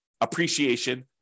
appreciation